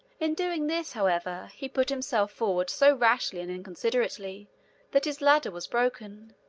in doing this, however, he put himself forward so rashly and inconsiderately that his ladder was broken,